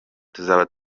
tuzaba